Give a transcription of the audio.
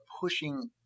pushing